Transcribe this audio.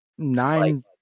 Nine